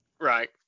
Right